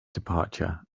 departure